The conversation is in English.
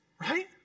Right